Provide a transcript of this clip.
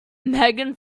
megan